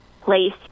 place